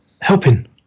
helping